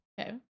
Okay